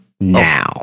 now